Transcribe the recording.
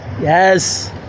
Yes